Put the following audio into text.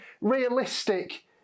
realistic